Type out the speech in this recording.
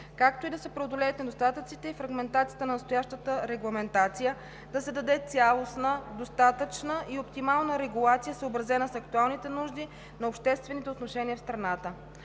както и да се преодолеят недостатъците и фрагментацията на настоящата регламентация, да се даде цялостна достатъчна и оптимална регулация, съобразена с актуалните нужди на обществените отношения в страната.